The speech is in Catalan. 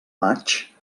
maig